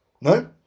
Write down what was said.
No